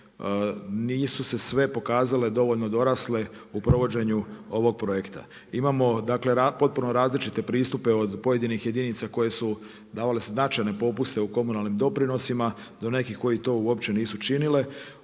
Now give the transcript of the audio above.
nisu se sve pokazale dovoljno dorasle u provođenju ovog projekta. Imamo, dakle, potpuno različite pristupe od pojedinih jedinica koje su davale značajne popuste u komunalnim doprinosima, do nekih koji to uopće nisu činile.